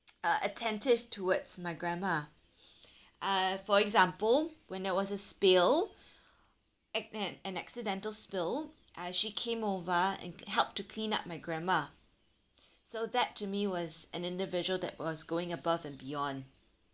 uh attentive towards my grandma uh for example when there was a spill ac~ an an accidental spill uh she came over and help to clean up my grandma so that to me was an individual that was going above and beyond